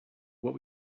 what